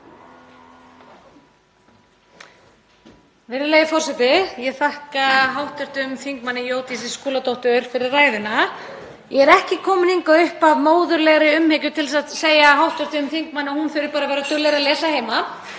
Virðulegi forseti. Ég þakka hv. þm. Jódísi Skúladóttur fyrir ræðuna. Ég er ekki komin hingað upp af móðurlegri umhyggju til að segja hv. þingmanni að hún þurfi bara að vera duglegri að lesa heima